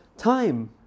time